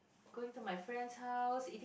going to my friend's house eating